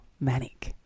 manic